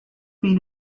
been